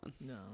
No